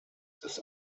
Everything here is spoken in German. des